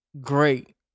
great